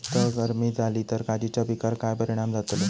जास्त गर्मी जाली तर काजीच्या पीकार काय परिणाम जतालो?